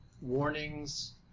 Warnings